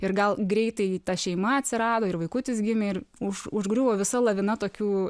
ir gal greitai ta šeima atsirado ir vaikutis gimė ir už užgriuvo visa lavina tokių